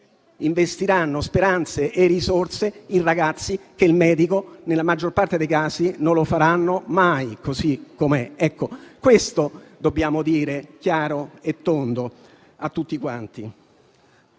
investiranno speranze e risorse in ragazzi che il medico, nella maggior parte dei casi, non lo faranno mai. Questo dobbiamo dire chiaro e tondo a tutti quanti.